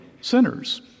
sinners